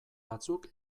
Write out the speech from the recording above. batzuk